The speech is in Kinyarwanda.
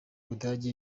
budage